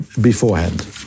beforehand